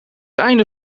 einde